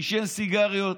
עישן סיגריות,